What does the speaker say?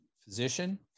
physician